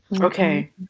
Okay